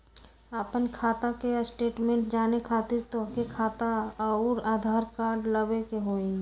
आपन खाता के स्टेटमेंट जाने खातिर तोहके खाता अऊर आधार कार्ड लबे के होइ?